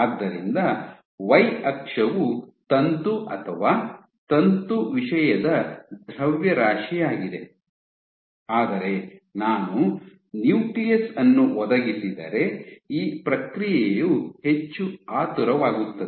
ಆದ್ದರಿಂದ ವೈ ಅಕ್ಷವು ತಂತು ಅಥವಾ ತಂತು ವಿಷಯದ ದ್ರವ್ಯರಾಶಿಯಾಗಿದೆ ಆದರೆ ನಾನು ನ್ಯೂಕ್ಲಿಯಸ್ ಅನ್ನು ಒದಗಿಸಿದರೆ ಈ ಪ್ರಕ್ರಿಯೆಯು ಹೆಚ್ಚು ಆತುರವಾಗುತ್ತದೆ